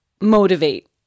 motivate